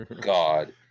God